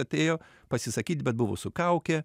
atėjo pasisakyt bet buvo su kauke